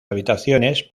habitaciones